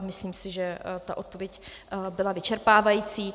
Myslím si, že ta odpověď byla vyčerpávající.